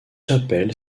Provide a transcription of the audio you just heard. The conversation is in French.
chapelle